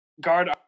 Guard